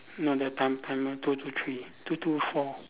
no that time time one two two three two two four